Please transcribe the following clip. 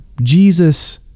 Jesus